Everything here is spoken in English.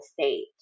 state